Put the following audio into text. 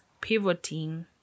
pivoting